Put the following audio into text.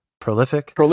prolific